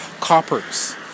coppers